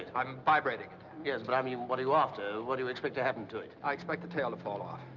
i'm vibrating yeah but i mean what are you after? what do you expect to happen to it? i expect the tail to fall off.